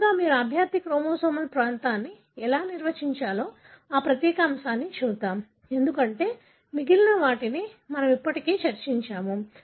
ముందుగా మీరు అభ్యర్థి క్రోమోజోమల్ ప్రాంతాన్ని ఎలా నిర్వచించాలో ఈ ప్రత్యేక అంశాన్ని చూద్దాం ఎందుకంటే మిగిలిన వాటిని మనము ఇప్పటికే చర్చించాము